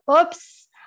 oops